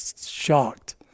shocked